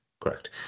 correct